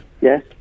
Yes